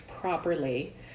properly